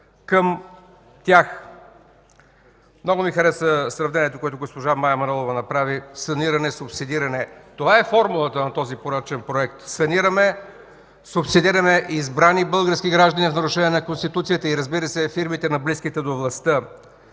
към тях. Много ми хареса сравнението, което госпожа Мая Манолова направи – саниране-субсидиране. Това е формулата на този порочен проект. Санираме, субсидираме избрани български граждани в нарушение на Конституцията и, разбира се, фирмите на близките до властта.